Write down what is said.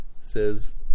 Says